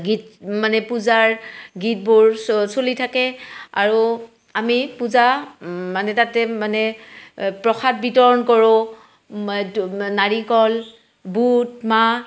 গীত মানে পূজাৰ গীতবোৰ চলি থাকে আৰু আমি পূজা মানে তাতে মানে প্ৰসাদ বিতৰণ কৰোঁ নাৰিকল বুট মাহ